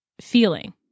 feeling